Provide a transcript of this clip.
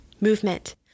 Movement